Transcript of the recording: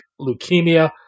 leukemia